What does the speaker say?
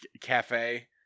cafe